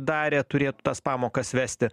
darė turėtų tas pamokas vesti